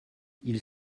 ils